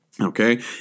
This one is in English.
Okay